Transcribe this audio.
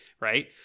right